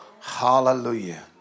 Hallelujah